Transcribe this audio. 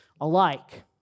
alike